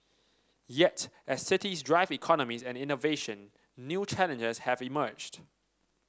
yet as cities drive economies and innovation new challenges have emerged